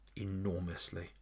enormously